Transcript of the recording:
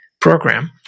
program